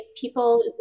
people